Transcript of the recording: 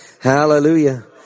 Hallelujah